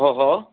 ओहो